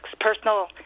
personal